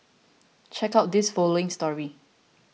check out this following story